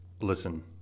listen